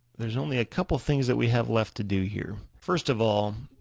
there's only a couple things that we have left to do here. first of all,